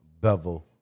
Bevel